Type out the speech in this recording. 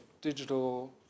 digital